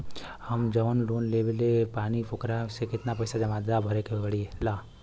हम जवन लोन लेले बानी वोकरा से कितना पैसा ज्यादा भरे के पड़ेला?